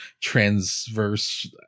transverse